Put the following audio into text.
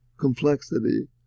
complexity